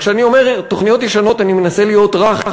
כשאני אומר "תוכניות ישנות" אני מנסה להיות רך,